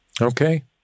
Okay